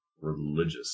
religious